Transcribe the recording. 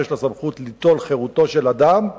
שיש לה סמכות ליטול חירותו של אדם,